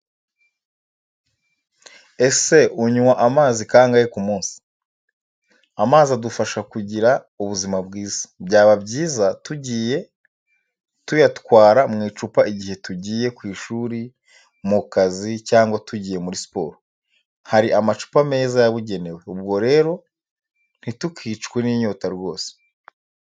Ese unywa amazi kangahe ku munsi? Amazi adufasha kugira ubuzima bwiza. Byaba byiza tugiye tuyatwara mu icupa igihe tugiye ku ishuri, mu kazi cyangwa tugiye muri siporo. Hari amacupa meza yabugenewe, ubwo rero ntitukicwe n'inyota rwose.